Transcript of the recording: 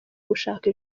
gushaka